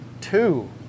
two